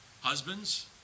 husbands